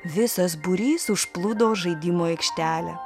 visas būrys užplūdo žaidimų aikštelę